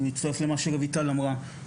אני מצטרף למה שרויטל אמרה,